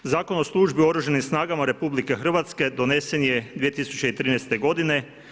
Zakon o službi u OS RH donesen je 2013. godine.